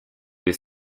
was